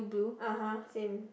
uh !huh! same